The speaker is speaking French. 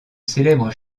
célèbre